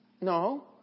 No